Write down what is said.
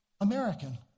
American